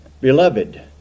Beloved